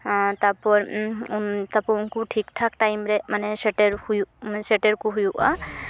ᱛᱟᱨᱯᱚᱨ ᱛᱟᱨᱯᱚᱨ ᱩᱱᱠᱩ ᱴᱷᱤᱠ ᱴᱷᱟᱠ ᱴᱟᱭᱤᱢ ᱨᱮ ᱢᱟᱱᱮ ᱥᱮᱴᱮᱨ ᱦᱩᱭᱩᱜ ᱢᱟᱱᱮ ᱥᱮᱴᱮᱨ ᱠᱚ ᱦᱩᱭᱩᱜᱼᱟ